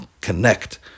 connect